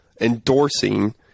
endorsing